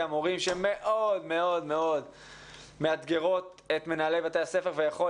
המורים שמאוד מאוד מאתגרים את מנהלי בתי הספר ויכול